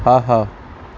ஆஹா